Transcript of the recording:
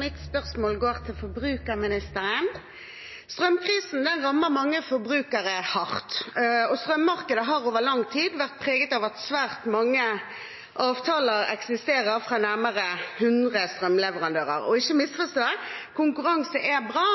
Mitt spørsmål går til forbrukerministeren. Strømprisen rammer mange forbrukere hardt, og strømmarkedet har over lang tid vært preget av at det eksisterer svært mange avtaler fra nærmere hundre strømleverandører. Ikke misforstå – konkurranse er bra.